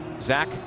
Zach